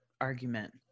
argument